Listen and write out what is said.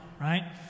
right